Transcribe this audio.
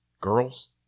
girls